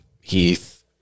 Heath